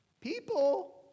People